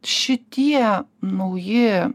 šitie nauji